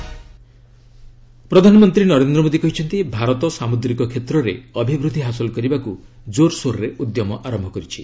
PM maritime summit ପ୍ରଧାନମନ୍ତ୍ରୀ ନରେନ୍ଦ୍ର ମୋଦୀ କହିଛନ୍ତି ଭାରତ ସାମୁଦ୍ରିକ କ୍ଷେତ୍ରରେ ଅଭିବୃଦ୍ଧି ହାସଲ କରିବାକୁ ଜୋର୍ସୋରରେ ଉଦ୍ୟମ ଆରମ୍ଭ କରିଛି